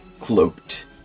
cloaked